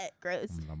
Gross